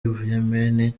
yemeni